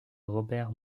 robert